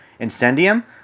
Incendium